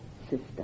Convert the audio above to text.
system